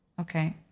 okay